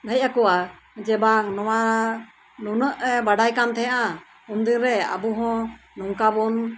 ᱦᱮᱡ ᱟᱠᱚᱣᱟ ᱡᱮ ᱵᱟᱝ ᱱᱚᱣᱟ ᱱᱩᱱᱟᱹᱜ ᱮ ᱵᱟᱰᱟᱭ ᱠᱟᱱ ᱛᱟᱦᱮᱸᱜᱼᱟ ᱩᱱ ᱫᱤᱱ ᱨᱮ ᱟᱵᱚ ᱦᱚᱸ ᱱᱚᱝᱠᱟ ᱵᱚᱱ